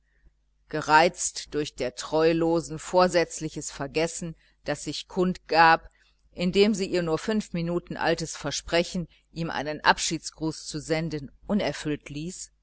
gereizt durch der treulosen vorsätzliches vergessen das sich kundgab indem sie ihr nur fünf minuten altes versprechen ihm einen abschiedsgruß zu senden unerfüllt ließ